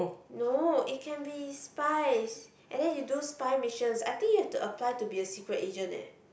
no it can be spies and then you do spy missions I think you have to apply to be a secret agent eh